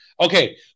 Okay